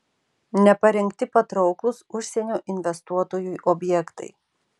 neparengti patrauklūs užsienio investuotojui objektai